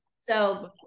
So-